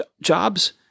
Jobs